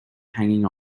hanging